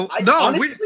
No